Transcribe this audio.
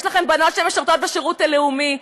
יש לכם בנות שמשרתות שירות לאומי,